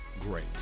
great